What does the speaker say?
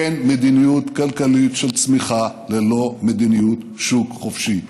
אין מדיניות כלכלית של צמיחה ללא מדיניות שוק חופשי.